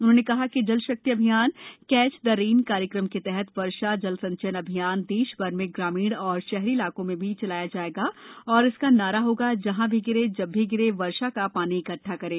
उन्होंने कहा कि जल शक्ति अभियान कैच दरेन कार्यक्रम के तहत वर्षा जल संचयन अभियान देश भर में ग्रामीण और शहरी इलाकों में चलाया जाएगा और इसका नारा होगा जहाँ भी गिरे जब भी गिरे वर्षा का शानी इकट्ठा करें